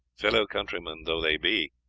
fellow-countrymen though they be,